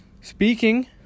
speaking